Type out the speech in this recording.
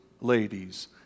ladies